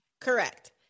Correct